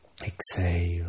Exhale